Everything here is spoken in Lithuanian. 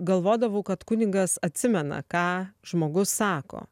galvodavau kad kunigas atsimena ką žmogus sako